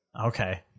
okay